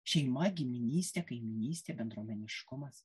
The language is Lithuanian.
šeima giminystė kaimynystė bendruomeniškumas